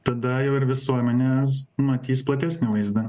tada jau ir visuomenės matys platesnį vaizdą